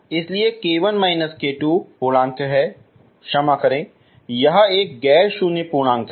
इसलिए जब k1−k2 पूर्णांक है क्षमा करें यह एक गैर शून्य पूर्णांक है